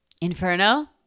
Inferno